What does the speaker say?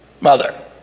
mother